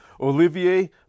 Olivier